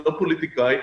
לאו דווקא פוליטיקאי,